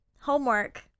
homework